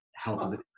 Health